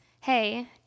Hey